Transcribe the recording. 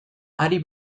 hari